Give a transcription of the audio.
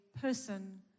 person